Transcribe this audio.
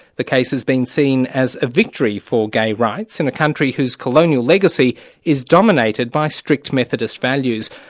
the case is being seen as a victory for gay rights, in a country whose colonial legacy is dominated by strict methodist values.